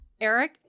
Eric